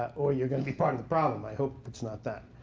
or you're going to be part of the problem. i hope it's not that.